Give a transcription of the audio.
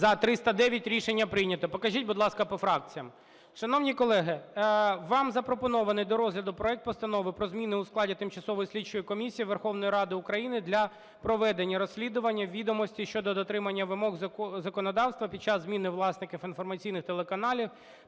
За-309 Рішення прийнято. Покажіть, будь ласка, по фракціям. Шановні колеги, вам запропонований до розгляду проект Постанови про зміни у складі Тимчасової слідчої комісії Верховної Ради України для проведення розслідування відомостей щодо дотримання вимог законодавства під час зміни власників інформаційних телеканалів